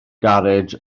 garej